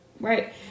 right